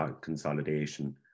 consolidation